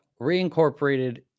reincorporated